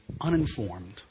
uninformed